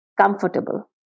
comfortable